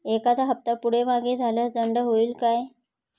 एखादा हफ्ता पुढे मागे झाल्यास दंड होईल काय?